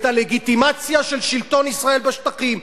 את הלגיטימציה של שלטון ישראל בשטחים.